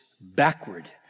backward